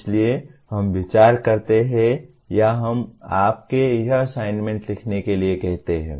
इसलिए हम विचार करते हैं या हम आपको ये असाइनमेंट लिखने के लिए कहते हैं